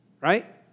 right